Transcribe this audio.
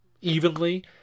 evenly